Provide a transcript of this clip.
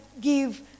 give